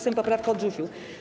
Sejm poprawkę odrzucił.